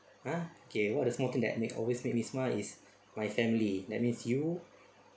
ah okay one of the small things that make always make me smile is my family that means you